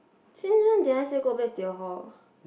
since when did I say go back to your hall